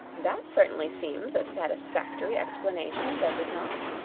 that certainly seems a satisfactory explanation, does it not?